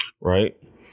right